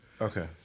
Okay